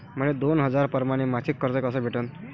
मले दोन हजार परमाने मासिक कर्ज कस भेटन?